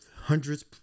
hundreds